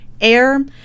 air